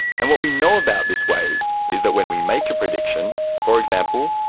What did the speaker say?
and what we know about this wave is that when we make a prediction, for example,